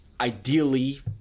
ideally